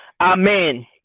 amen